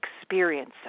experience